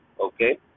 okay